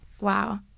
Wow